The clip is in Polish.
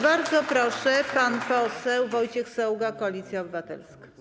Bardzo proszę, pan poseł Wojciech Saługa, Koalicja Obywatelska.